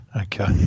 Okay